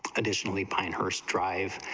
additionally pinehurst drive,